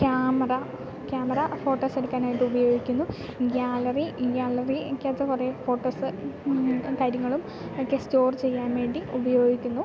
camera camera photos എടുക്കാനായിട്ട് ഉപയോഗിക്കുന്നു gallery ഗ്യാലറിക്ക് അകത്ത് കുറേ ഫോട്ടോസ് കാര്യങ്ങളും ഒക്കെ സ്റ്റോറ് ചെയ്യാൻ വേണ്ടി ഉപയോഗിക്കുന്നു